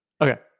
Okay